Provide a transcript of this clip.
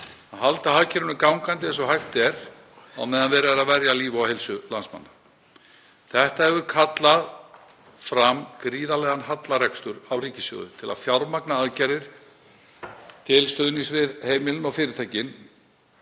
halda hagkerfinu gangandi eins og hægt er á meðan verið er að verja líf og heilsu landsmanna. Þetta hefur kallað fram gríðarlegan hallarekstur á ríkissjóði til að fjármagna aðgerðir til stuðnings við heimilin og fyrirtækin,